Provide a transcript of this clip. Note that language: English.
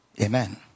Amen